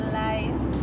life